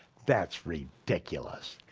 that's ridiculous,